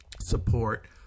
Support